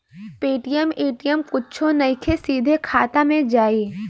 Paytm ATM कुछो नइखे, सीधे खाता मे जाई